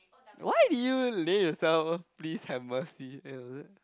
why did you lay yourself please have mercy eh is it